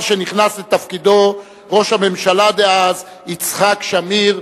שנכנס לתפקידו ראש הממשלה דאז יצחק שמיר,